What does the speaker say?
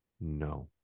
No